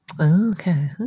Okay